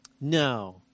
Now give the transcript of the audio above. No